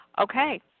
Okay